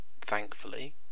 thankfully